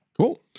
Cool